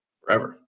Forever